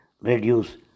reduce